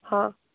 ହଁ